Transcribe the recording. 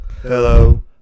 Hello